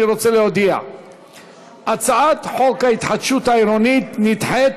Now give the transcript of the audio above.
אני רוצה להודיע שהצעת חוק ההתחדשות העירונית נדחית,